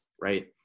right